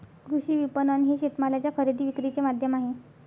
कृषी विपणन हे शेतमालाच्या खरेदी विक्रीचे माध्यम आहे